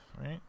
Right